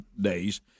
days